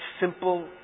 simple